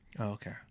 Okay